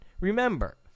Remember